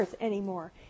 anymore